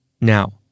Now